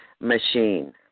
machine